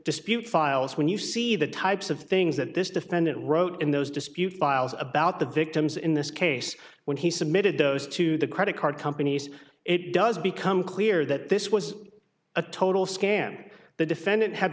dispute files when you see the types of things that this defendant wrote in those dispute files about the victims in this case when he submitted those to the credit card companies it does become clear that this was a total scam the defendant had